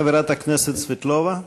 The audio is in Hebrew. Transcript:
חברת הכנסת סבטלובה.